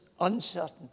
uncertainty